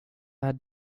var